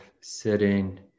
sitting